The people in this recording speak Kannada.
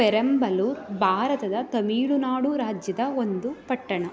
ಪೆರಂಬಲೂರ್ ಭಾರತದ ತಮಿಳುನಾಡು ರಾಜ್ಯದ ಒಂದು ಪಟ್ಟಣ